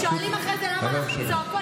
הם שואלים אחרי זה למה אנחנו צועקות.